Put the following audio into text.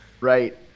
Right